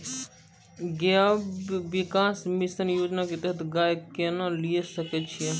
गव्य विकास मिसन योजना के तहत गाय केना लिये सकय छियै?